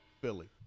Philly